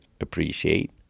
appreciate